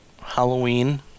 Halloween